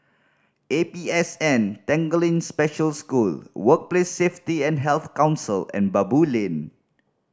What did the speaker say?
A P S N Tanglin Special School Workplace Safety and Health Council and Baboo Lane